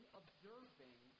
observing